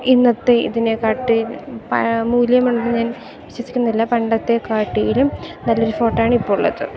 ഇന്നത്തെ ഇതിനെ കാട്ടി മൂല്യമുണ്ടെന്ന് ഞാൻ വിശ്വസിക്കുന്നില്ല പണ്ടത്തെ കാട്ടിലും നല്ല ഒരു ഫോട്ടോയാണ് ഇപ്പോൾ ഉള്ളത്